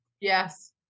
yes